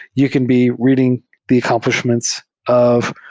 you can be read ing the accompl ishments of,